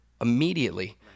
immediately